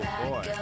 boy